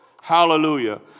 Hallelujah